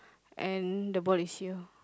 and the ball is here